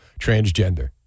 transgender